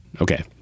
Okay